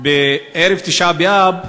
בערב תשעה באב,